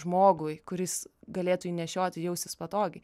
žmogui kuris galėtų jį nešioti jaustis patogiai